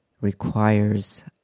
requires